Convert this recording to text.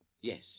Yes